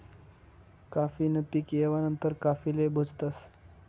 काफी न पीक येवा नंतर काफीले भुजतस